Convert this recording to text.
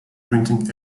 printing